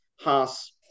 Haas